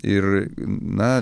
ir na